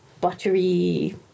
buttery